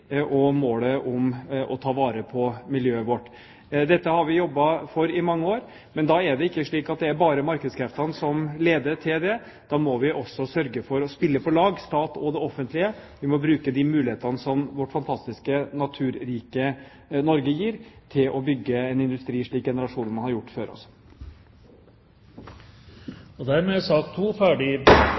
målet om å ta vare på miljøet vårt. Dette har vi jobbet for i mange år. Men da er det ikke slik at det bare er markedskreftene som leder til det. Da må vi også sørge for å spille på lag – staten og det offentlige. Vi må bruke de mulighetene som vårt fantastiske, naturrike Norge gir, til å bygge en industri, slik generasjonene har gjort før oss. Dermed er sak